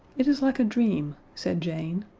it is like a dream, said jane.